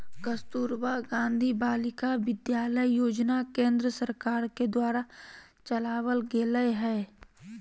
कस्तूरबा गांधी बालिका विद्यालय योजना केन्द्र सरकार के द्वारा चलावल गेलय हें